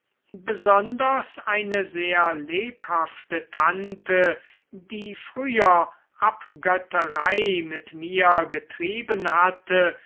besonders eine sehr lebhafte tante die früher abgötterei mit mir getrieben hatte